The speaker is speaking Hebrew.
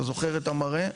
אתה זוכר את המראה?